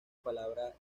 palabra